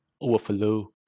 overflow